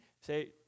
Say